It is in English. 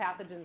pathogens